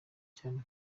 cyane